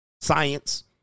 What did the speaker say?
science